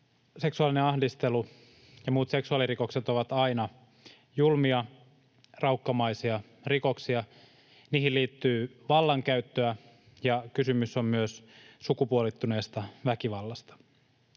seksuaalinen ahdistelu ja muut seksuaalirikokset ovat aina julmia, raukkamaisia rikoksia. Niihin liittyy vallankäyttöä, ja kysymys on myös sukupuolittuneesta väkivallasta.